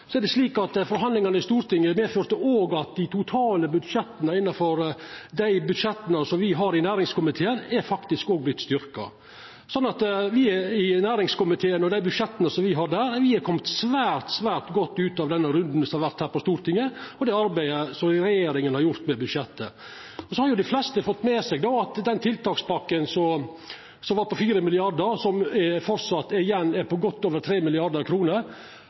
er det slik at forhandlingane i Stortinget òg medførte at dei totale budsjetta som me behandlar i næringskomiteen, faktisk òg er vortne styrkte. Så dei budsjetta me behandlar i næringskomiteen, har kome svært, svært godt ut av den runden som har vore her på Stortinget, og det arbeidet som regjeringa har gjort med budsjettet. Så har jo dei fleste fått med seg at den tiltakspakken som var på 4 mrd. kr, og som framleis er på godt over